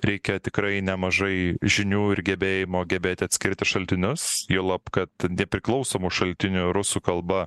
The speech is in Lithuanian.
reikia tikrai nemažai žinių ir gebėjimo gebėti atskirti šaltinius juolab kad nepriklausomų šaltinio rusų kalba